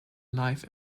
life